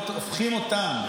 משפט אחרון.